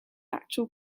actual